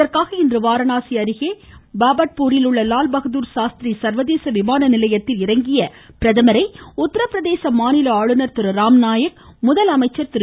இதற்காக இன்று வாரணாசி அருகே பாபாட்பூரில் உள்ள லால்பகதூர் சாஸ்திரி சர்வதேச விமான நிலையத்தில் வந்திறங்கிய பிரதமரை உத்தரபிரதேச மாநில ஆளுநர் ராம் நாயக் முதலமைச்சர் திரு